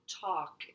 talk